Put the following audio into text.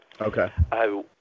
Okay